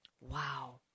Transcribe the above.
Wow